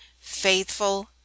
faithful